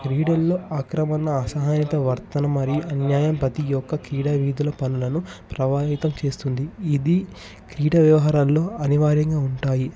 క్రీడల్లో ఆక్రమణ అసహాయిత వర్తన మరీ అన్యాయం ప్రతి యొక్క క్రీడా వీధుల పనులను ప్రవహితం చేస్తుంది ఇది క్రీడ వ్యవహారాల్లో అనివారంగా ఉంటాయి